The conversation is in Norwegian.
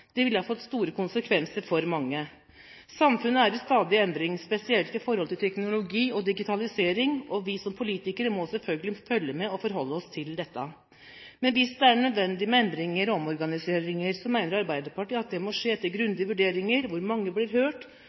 Det ville fått store konsekvenser for mange. Samfunnet er i stadig endring, spesielt når det gjelder teknologi og digitalisering, og vi må som politikere selvfølgelig følge med og forholde oss til dette. Men hvis det er nødvendig med endringer og omorganiseringer, mener Arbeiderpartiet at det må skje etter grundige vurderinger, hvor mange blir hørt,